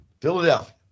philadelphia